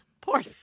Poor